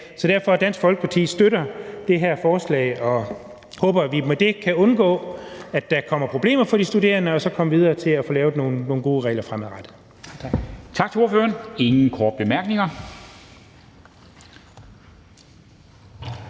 Så derfor støtter Dansk Folkeparti det her forslag, og vi håber, at vi med det kan undgå, at der kommer problemer for de studerende, og at vi så kommer videre og får lavet nogle gode regler fremadrettet.